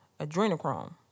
adrenochrome